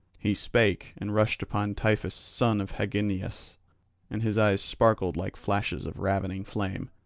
he spake, and rushed upon tiphys son of hagnias and his eyes sparkled like flashes of ravening flame.